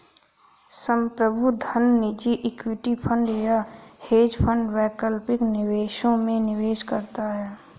संप्रभु धन निजी इक्विटी फंड या हेज फंड वैकल्पिक निवेशों में निवेश करता है